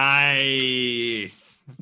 Nice